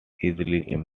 easily